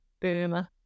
boomer